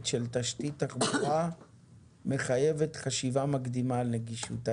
של תשתית תחבורה מחייבת חשיבה מקדימה על נגישות?